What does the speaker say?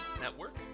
Network